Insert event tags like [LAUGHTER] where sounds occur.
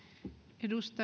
arvoisa [UNINTELLIGIBLE]